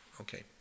okay